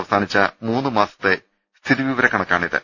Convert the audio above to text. അവസാനിച്ച മൂന്ന് മാസത്തെ സ്ഥിതിവിവരക്കണക്കാണിത്